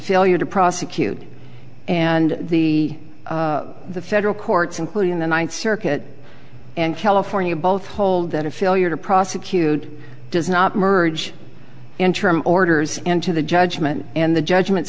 failure to prosecute and the federal courts including the ninth circuit and california both hold that a failure to prosecute does not emerge interim orders and to the judgment and the judgment